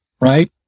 right